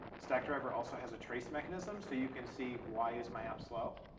stackdriver also has a trace mechanism, so you can see why is my app slow,